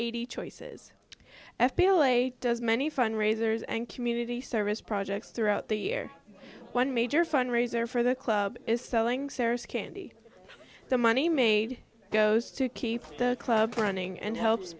eighty choices f b i does many fundraisers and community service projects throughout the year one major fundraiser for the club is selling candy the money made goes to keep the club running and helps